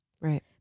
Right